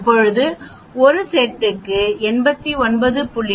இப்போது ஒரு செட்டுக்கு 89